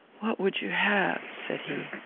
what would you have? said he.